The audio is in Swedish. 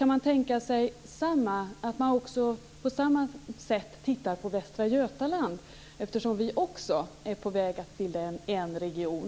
Kan man tänka sig att se på Västra Götaland på samma sätt, eftersom vi också är på väg att bilda en region?